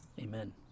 amen